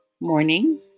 morning